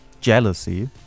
jealousy